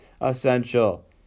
essential